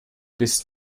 bist